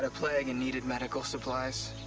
ah plague and needed medical supplies.